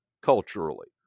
culturally